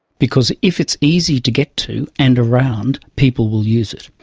because if it's easy to get to and around, people will use it.